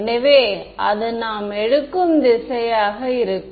எனவே அது நாம் எடுக்கும் திசையாக இருக்கும்